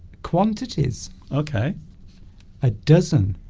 quantities okay a dozen